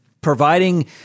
providing